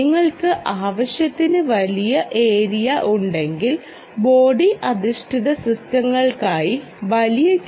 നിങ്ങൾക്ക് ആവശ്യത്തിന് വലിയ ഏരിയ ഉണ്ടെങ്കിൽ ബോഡി അധിഷ്ഠിത സിസ്റ്റങ്ങൾക്കായി വലിയ ടി